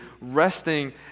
resting